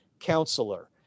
counselor